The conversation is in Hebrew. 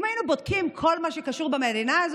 אם היינו בודקים כל מה שקשור במדינה הזאת